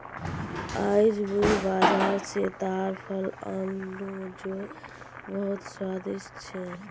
आईज मुई बाजार स ताड़ फल आन नु जो बहुत स्वादिष्ट छ